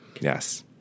Yes